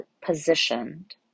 positioned